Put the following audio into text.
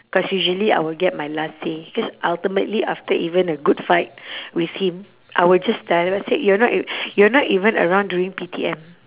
cause usually I will get my last say cause ultimately after even a good fight with him I will just say you're not e~ you're not even around during P_T_M